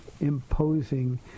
imposing